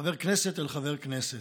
חבר כנסת אל חבר כנסת.